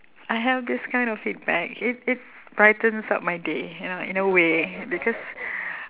I have this kind of feedback it it brightens up my day you know in a way because